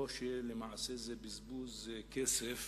או שלמעשה זה בזבוז כסף